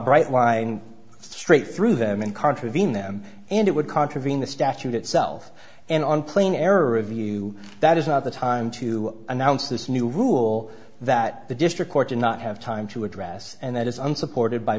bright line straight through them and contravene them and it would contravene the statute itself and on plain error of you that is not the time to announce this new rule that the district court did not have time to address and that is unsupported by